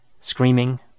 screaming